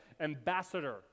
ambassador